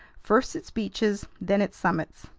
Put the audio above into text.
first its beaches, then its summits.